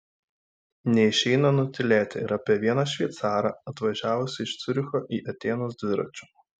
neišeina nutylėti ir apie vieną šveicarą atvažiavusį iš ciuricho į atėnus dviračiu